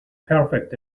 perfect